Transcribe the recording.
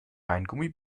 weingummi